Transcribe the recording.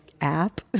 app